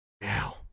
Now